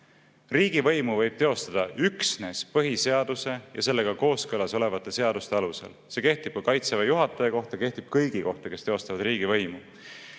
Riigivõimu võib teostada üksnes põhiseaduse ja sellega kooskõlas olevate seaduste alusel. See kehtib ka Kaitseväe juhataja kohta, kehtib kõigi kohta, kes teostavad riigivõimu.